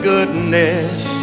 goodness